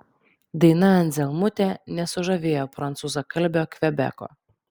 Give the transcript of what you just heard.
daina anzelmutė nesužavėjo prancūzakalbio kvebeko